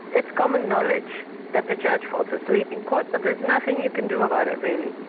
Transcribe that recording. it's common knowledge that the judge falls asleep in court but there's nothing you can do about it really.